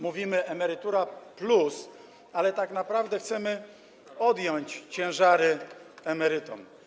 Mówimy: „Emerytura+”, ale tak naprawdę chcemy odjąć ciężary emerytom.